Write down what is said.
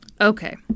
Okay